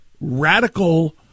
radical